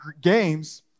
games